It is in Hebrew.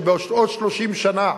שבעוד 30 שנה